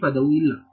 ಈ ಪದವು ಇಲ್ಲ